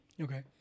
Okay